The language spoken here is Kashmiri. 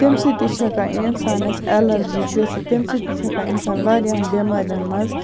تمہِ سۭتۍ تہِ چھ ہیٚکان اِنسانَس ایٚلَرجی گٔژھِتھ تمہِ سۭتۍ تہِ چھِ ہیٚکان اِنسان واریاہَن بیٚمارٮ۪ن مَنٛز